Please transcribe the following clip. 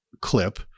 clip